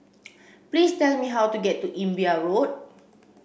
please tell me how to get to Imbiah Road